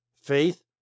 faith